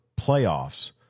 playoffs